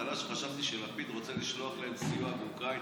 בהתחלה כשחשבתי שלפיד רוצה לשלוח להם סיוע לאוקראינה,